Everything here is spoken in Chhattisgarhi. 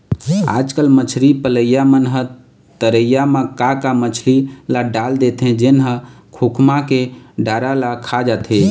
आजकल मछरी पलइया मन ह तरिया म का का मछरी ल डाल देथे जेन ह खोखमा के डारा ल खा जाथे